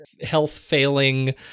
health-failing